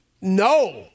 no